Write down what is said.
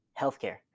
healthcare